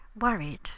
Worried